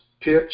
pitch